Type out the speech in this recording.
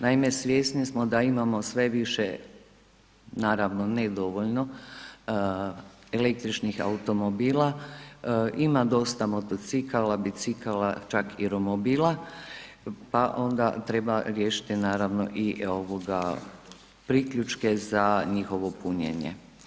Naime, svjesni smo da imamo sve više, naravno ne dovoljno, električnih automobila, ima dosta motocikala, bicikala, čak i romobila, pa onda treba riješiti naravno i ovoga priključke za njihovo punjenje.